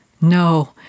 No